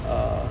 uh